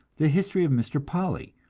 the history of mr. polly,